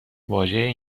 واژه